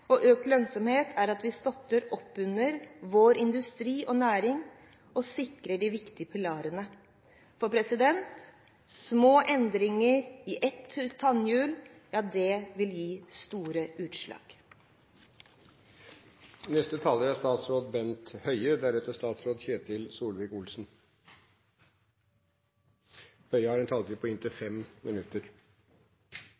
og økt målpris som følge av et godt importvern. En viktig forutsetning for styrket forutsigbarhet og økt lønnsomhet er at vi støtter opp under vår industri og næring, og sikrer de viktige pilarene. Små endringer i et tannhjul vil gi store utslag.